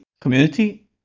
community